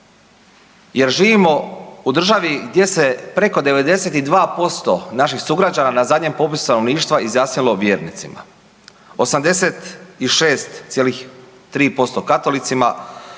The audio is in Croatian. jer živimo u državi gdje se preko 92% naših sugrađana na zadnjem popisu stanovništva izjasnilo vjernicima. 86,3% katolicima,